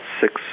six